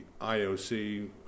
IOC